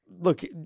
look